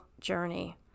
journey